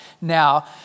now